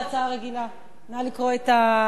זו הצעה רגילה, נא לקרוא את סדר-היום.